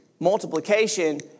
multiplication